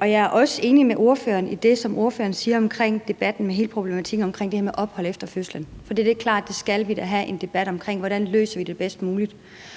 Jeg er også enig i det, ordføreren siger om debatten om hele problematikken om ophold efter fødslen, for det er da klart, at vi skal have en debat om, hvordan vi løser det bedst muligt.